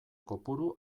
kopuru